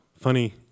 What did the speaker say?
funny